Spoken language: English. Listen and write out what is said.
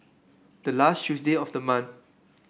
the last Tuesday of the month